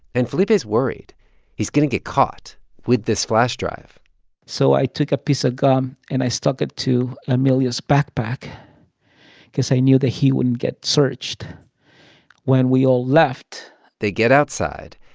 and felipe's worried he's going to get caught with this flash drive so i took a piece of gum, and i stuck it to emilio's backpack cause i knew that he wouldn't get searched when we all left they get outside,